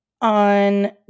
On